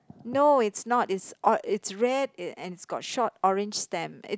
no it's not it's or~ it's red it and it's got short orange stem